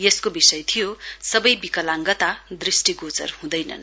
यसको विषय थियो सबै विकलाङगता दृष्टिगोचर हुँदैनन्